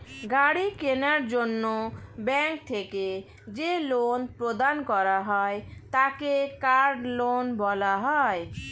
গাড়ি কেনার জন্য ব্যাঙ্ক থেকে যে লোন প্রদান করা হয় তাকে কার লোন বলা হয়